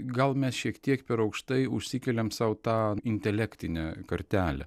gal mes šiek tiek per aukštai užsikeliam sau tą intelektinę kartelę